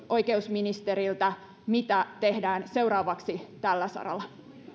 oikeusministeriltä mitä tehdään seuraavaksi tällä saralla